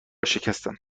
شکستم